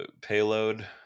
Payload